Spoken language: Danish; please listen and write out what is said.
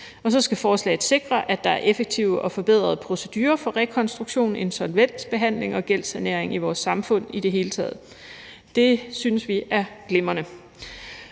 Og så skal forslaget sikre, at der er effektive og forbedrede procedurer for rekonstruktion, insolvensbehandling og gældssanering i vores samfund i det hele taget. Det synes vi er glimrende.